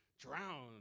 drown